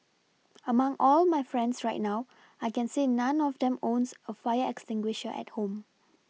among all my friends right now I can say none of them owns a fire extinguisher at home